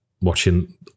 watching